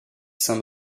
saints